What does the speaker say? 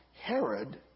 Herod